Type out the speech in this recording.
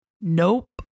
Nope